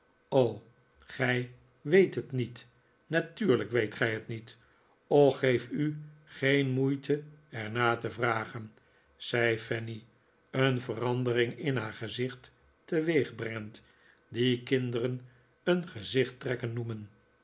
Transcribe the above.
gij weet het niet natuurlijk weet gij het niet och geef u geen moeite er naar te vragen zei fanny een verandering in haar gezicht teweegbrengend die kinderen een gezicht trekken noemen